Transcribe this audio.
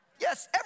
Yes